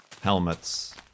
helmets